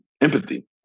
empathy